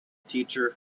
teacher